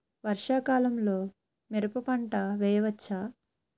వర్షాకాలంలో మిరప పంట వేయవచ్చా?